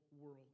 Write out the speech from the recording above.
world